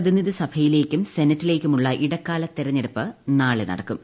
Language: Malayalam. പ്രതിനിധിസഭയിലേക്കും സെനറ്റിലേക്കുമുള്ള ഇടക്കാല തെരഞ്ഞെടുപ്പ് നാളെ നടക്കും